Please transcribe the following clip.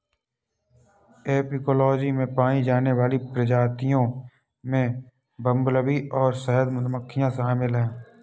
apicology में पाई जाने वाली प्रजातियों में बंबलबी और शहद मधुमक्खियां शामिल हैं